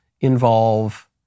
involve